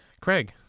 Craig